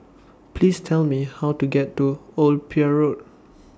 Please Tell Me How to get to Old Pier Road